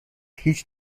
هیچ